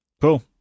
Cool